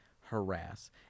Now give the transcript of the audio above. harass